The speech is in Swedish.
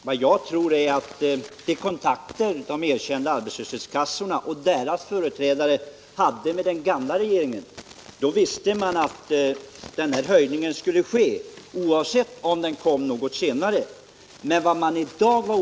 Herr talman! Tidigare visste arbetslöshetskassornas representanter genom sina kontakter med den gamla regeringen att en höjning skulle ske, även om den kom något efter höjningen av kassaersättningen.